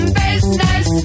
business